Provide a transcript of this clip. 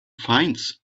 finds